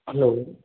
hello